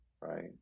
Right